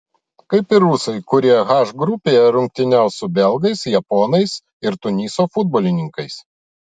kaip ir rusai kurie h grupėje rungtyniaus su belgais japonais ir tuniso futbolininkais